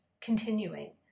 continuing